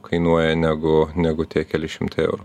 kainuoja negu negu tie keli šimtai eurų